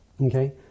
Okay